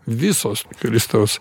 visos kristaus